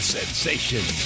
sensation